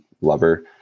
lover